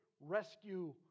rescue